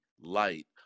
light